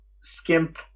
skimp